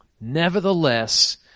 Nevertheless